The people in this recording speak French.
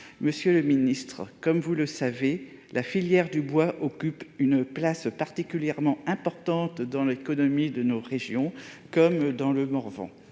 Monsieur le secrétaire d'État, comme vous le savez, la filière du bois occupe une place particulièrement importante dans l'économie de nos régions, en particulier dans le Morvan.